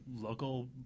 local